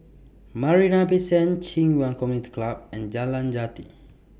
Marina Bay Sands Ci Yuan Community Club and Jalan Jati